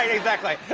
exactly.